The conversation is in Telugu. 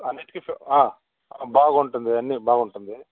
అన్నిటికీ బాగుంటుంది అన్ని బాగుంటుంది